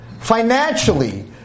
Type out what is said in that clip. financially